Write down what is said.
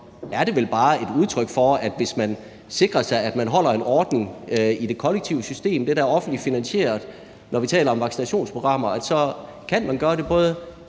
er det vel bare et udtryk for, at man, hvis man sikrer sig, at man holder en ordning i det kollektive system – det, der er offentligt finansieret, når vi taler om vaccinationsprogrammer – så kan gøre det både